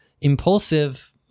Impulsive